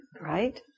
right